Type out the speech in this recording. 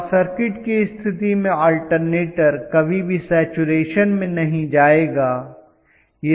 short circuit की स्थिति में अल्टरनेटर कभी भी सैचरेशन में नहीं जाएगा